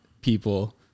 people